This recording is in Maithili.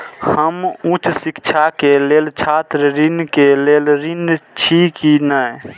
हम उच्च शिक्षा के लेल छात्र ऋण के लेल ऋण छी की ने?